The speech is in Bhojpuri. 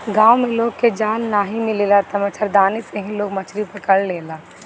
गांव में लोग के जाल नाइ मिलेला तअ मछरदानी से ही लोग मछरी पकड़ लेला